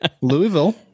Louisville